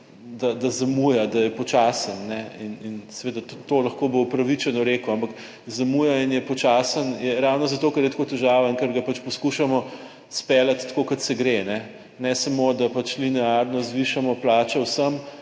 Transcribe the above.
da zamuja, da je počasen in seveda to lahko bo upravičeno rekel, ampak zamuja in je počasen je ravno zato, ker je tako težaven, ker ga pač poskušamo speljati tako kot se gre. Ne samo da pač linearno zvišamo plače vsem,